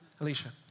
Alicia